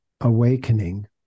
awakening